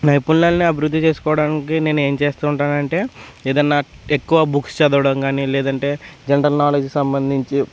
నైపుణ్యాన్ని అభివృద్ధి చేసుకోవడానికి నేను ఏమి చేస్తుంటాను అంటే ఏదన్నా ఎక్కువ బుక్స్ చదవడం కానీ లేదంటే జనరల్ నాలెడ్జ్కి సంబంధించి